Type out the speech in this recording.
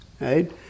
right